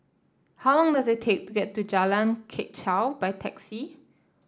how long does it take to get to Jalan Kechil by taxi